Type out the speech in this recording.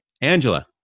Angela